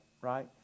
Right